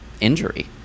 injury